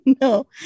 No